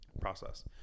process